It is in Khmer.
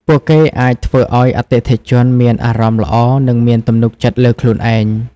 ពួកគេអាចធ្វើឱ្យអតិថិជនមានអារម្មណ៍ល្អនិងមានទំនុកចិត្តលើខ្លួនឯង។